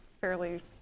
fairly